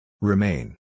Remain